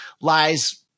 lies